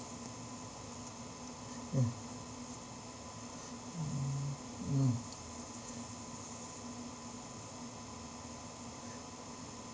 mm mm mm